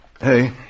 Hey